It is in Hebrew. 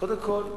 קודם כול,